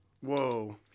Whoa